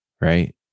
Right